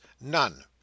None